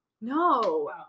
No